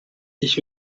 ich